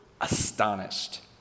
astonished